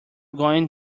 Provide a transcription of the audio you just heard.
going